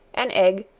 an egg,